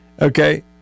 Okay